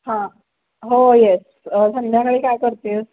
हां हो येस संध्याकाळी काय करते आहेस